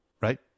right